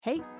Hey